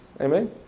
Amen